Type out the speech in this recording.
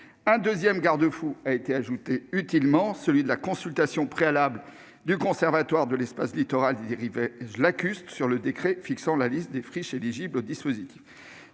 Un second garde-fou a été utilement ajouté : la consultation préalable du Conservatoire de l'espace littoral et des rivages lacustres sur le décret fixant la liste des friches éligibles au dispositif.